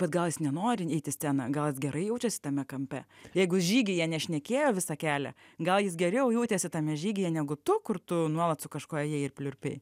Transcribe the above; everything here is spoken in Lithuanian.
bet gal nenori eit į sceną gal gerai jaučiasi tame kampe jeigu žygyje nešnekėjo visą kelią gal jis geriau jautėsi tame žygyje negu tu kur tu nuolat su kažkuo ėjai ir pliurpei